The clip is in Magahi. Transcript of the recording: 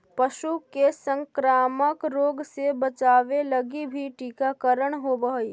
पशु के संक्रामक रोग से बचावे लगी भी टीकाकरण होवऽ हइ